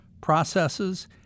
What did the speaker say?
processes